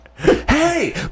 Hey